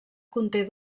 conté